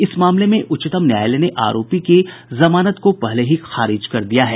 इस मामले में उच्चतम न्यायालय ने आरोपित की जमानत को पहले ही खारिज कर दिया है